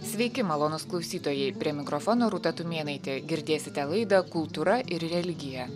sveiki malonūs klausytojai prie mikrofono rūta tumėnaitė girdėsite laidą kultūra ir religija